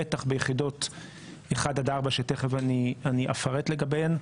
בטח ביחידות 1-4 שתכף אפרט לגביהן,